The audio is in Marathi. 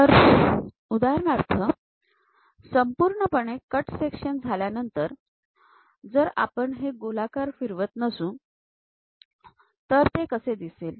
तर उदाहरणार्थ संपूर्णपणे कट सेक्शन झाल्यानंतर जर आपण हे गोलाकार फिरवत नसू तर ते कसे दिसेल